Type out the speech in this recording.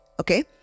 okay